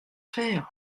faire